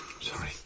Sorry